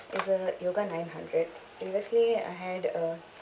is a yoga nine hundred previously I had a